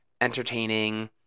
entertaining